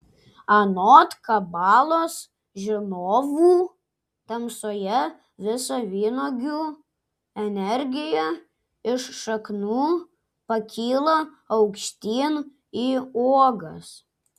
anot kabalos žinovų tamsoje visa vynuogių energija iš šaknų pakyla aukštyn į uogas